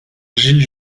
gilles